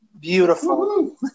Beautiful